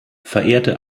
verehrte